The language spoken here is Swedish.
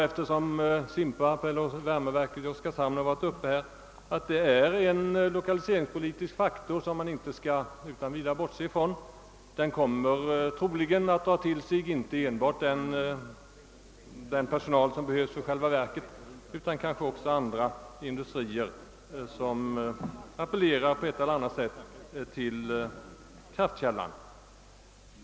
Eftersom Simpvarp, värmeverket i Oskarshamn, har nämnts vill jag säga att detta är en lokaliseringspolitisk faktor som man inte utan vidare skall bort: se från. Det kommer troligen inte en bart att dra till sig sådan personal som behövs för själva driften av verket utan också andra industrier som på ett eller annat sätt har samband med kraftkällan.